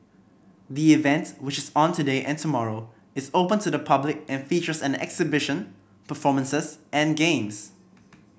the events which is on today and tomorrow is open to the public and features an exhibition performances and games